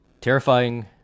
terrifying